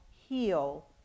heal